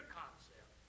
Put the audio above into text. concept